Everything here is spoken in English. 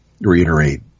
reiterate